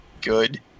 good